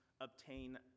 obtain